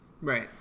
Right